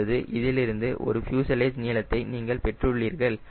இப்பொழுது இதிலிருந்து ஒரு ஃப்யூசலேஜ் நீளத்தை நீங்கள் பெற்றுள்ளீர்கள்